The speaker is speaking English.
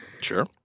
Sure